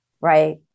right